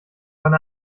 wann